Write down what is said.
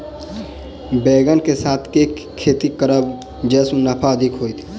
बैंगन कऽ साथ केँ खेती करब जयसँ मुनाफा अधिक हेतइ?